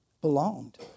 belonged